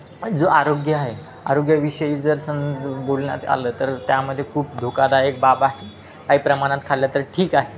जो आरोग्य आहे आरोग्याविषयी जर सं बोलण्यात आलं तर त्यामध्ये खूप धोकादायक बाब आहे काही प्रमाणात खाल्लं तर ठीक आहे